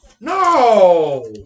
No